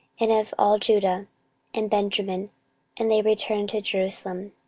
and of all judah and benjamin and they returned to jerusalem.